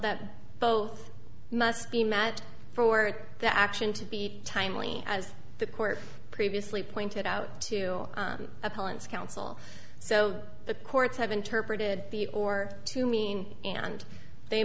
that both must be met for the action to be timely as the court previously pointed out to opponents counsel so the courts have interpreted the or to mean and they